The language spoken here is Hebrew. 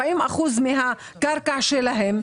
40% מהקרקע שלהם,